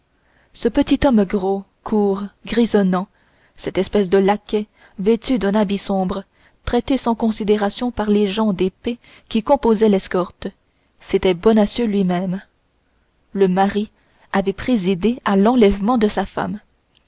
ce petit homme gros court grisonnant cette espèce de laquais vêtu d'un habit sombre traité sans considération par les gens d'épée qui composaient l'escorte c'était bonacieux lui-même le mari avait présidé à l'enlèvement de sa femme